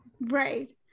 Right